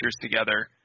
together